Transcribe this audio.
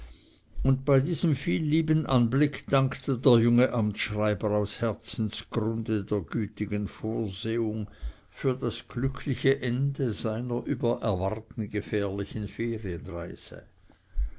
und bei diesem viellieben anblick dankte der junge amtschreiber aus herzensgrunde der gütigen vorsehung für das glückliche ende seiner über erwarten gefährlichen